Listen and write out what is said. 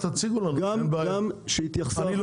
אין בעיה.